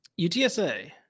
UTSA